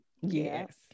Yes